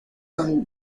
son